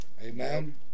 Amen